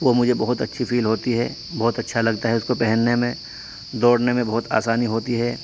وہ مجھے بہت اچھی فیل ہوتی ہے بہت اچھا لگتا ہے اس کو پہننے میں دوڑنے میں بہت آسانی ہوتی ہے